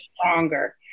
stronger